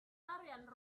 ariane